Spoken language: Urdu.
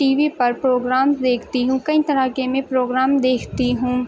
ٹی وی پر پروگرام دیکھتی ہوں کئی طرح کے میں پروگرام دیکھتی ہوں